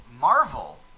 Marvel